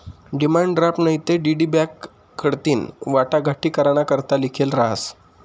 demand draft नैते DD bank कडथीन वाटाघाटी कराना करता लिखेल रहास